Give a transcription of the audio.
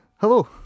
Hello